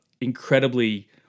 incredibly